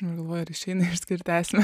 aš galvoju ar išeina išskirti esmę